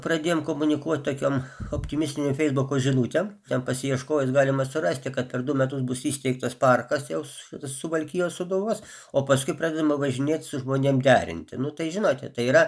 pradėjom komunikuot tokiom optimistiniu feisbuko žinutėm ten pasiieškojus galima surasti kad per du metus bus įsteigtas parkas jaus suvalkijos sūduvos o paskui pradedama važinėt su žmonėm derinti nu tai žinote tai yra